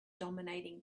dominating